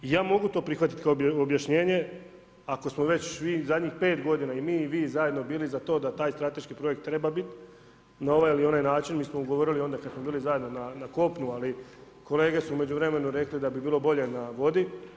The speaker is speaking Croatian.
Ja mogu to prihvatiti kao objašnjenje ako smo već u zadnjih 5 godina i mi i vi zajedno bili za to da taj strateški projekt treba biti na ovaj ili onaj način, mi smo ugovorili onda kad smo bili zajedno na kopnu, ali kolege su u međuvremenu rekli da bi bilo bolje na vodi.